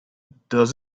does